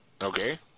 Okay